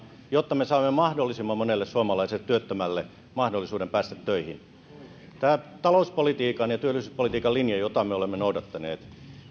jotta me saamme mahdollisimman monelle suomalaiselle työttömälle mahdollisuuden päästä töihin tämä talouspolitiikan ja työllisyyspolitiikan linja jota me olemme noudattaneet